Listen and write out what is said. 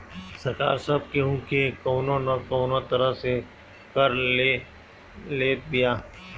सरकार सब केहू के कवनो ना कवनो तरह से कर ले लेत बिया